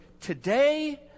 today